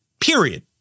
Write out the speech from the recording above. period